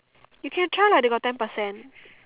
you can try lah they got ten percent